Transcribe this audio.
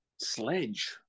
Sledge